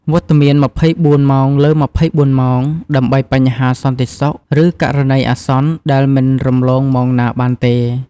វត្តមាន ២៤ ម៉ោងលើ ២៤ ម៉ោង ដើម្បីបញ្ហាសន្តិសុខ ឬករណីអាសន្នដែលមិនរំលងម៉ោងណាបានទេ។